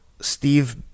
Steve